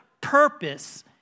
purpose